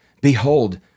behold